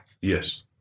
yes